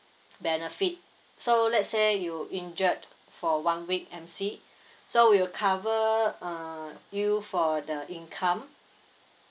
benefit so let's say you injured for one week M_C so we will cover uh you for the income